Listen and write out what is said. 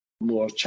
more